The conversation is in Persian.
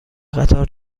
قطار